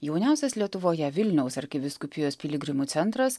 jauniausias lietuvoje vilniaus arkivyskupijos piligrimų centras